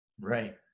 Right